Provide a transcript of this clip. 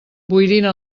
boirina